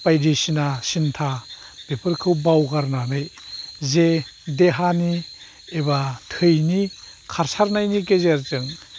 बायदिसिना सिन्था बेफोरखौ बावगारनानै जे देहानि एबा थैनि खारसारनायनि गेजेरजों